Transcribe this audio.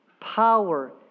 power